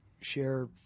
share